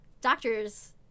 Doctors